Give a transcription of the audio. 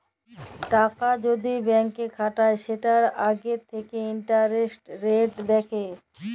টাকা যদি ব্যাংকে খাটায় সেটার আগে থাকে ইন্টারেস্ট রেট দেখে